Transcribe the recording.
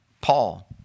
Paul